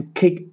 kick